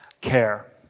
care